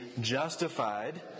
justified